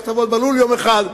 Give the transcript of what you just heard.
לך תעבוד בלול יום אחד.